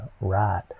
right